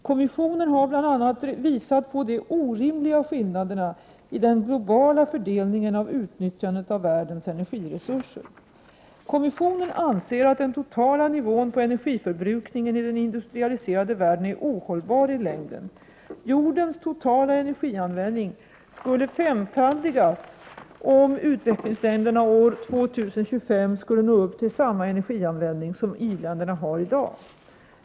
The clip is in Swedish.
Kommissionen har bl.a. visat på de orimliga skillnaderna i den globala fördelningen av utnyttjandet av världens energire Surser. Kommissionen anser att den totala nivån på energiförbrukningen i den industrialiserade världen är ohållbar i längden. Jordens totala energianvändning skulle femfaldigas om utvecklingsländerna år 2025 skulle nå upp till samma energianvändning som i-länderna har i dag.